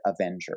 avenger